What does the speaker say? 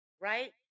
right